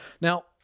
Now